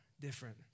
different